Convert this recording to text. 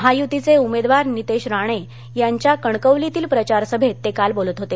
महायुतीचे उमेदवार नीतेश राणे यांच्या कणकवलीतील प्रचार सभेत ते काल बोलत होते